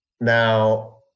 now